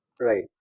Right